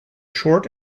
short